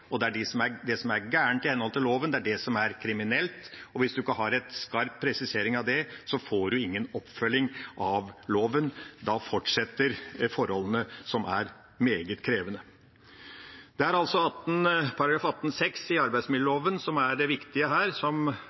som var galt. Og det er det som er galt i henhold til loven, som er kriminelt. Hvis en ikke har en skarp presisering av det, får en ingen oppfølging av loven – da fortsetter forholdene, som er meget krevende. Det er altså § 18-6 i arbeidsmiljøloven som er viktig her, som